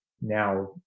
now